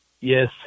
Yes